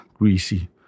Greasy